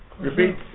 Repeat